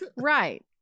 Right